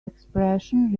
expression